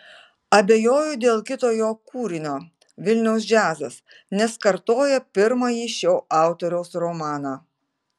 abejoju dėl kito jo kūrinio vilniaus džiazas nes kartoja pirmąjį šio autoriaus romaną